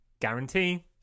guarantee